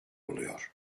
oluyor